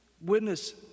witness